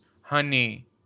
honey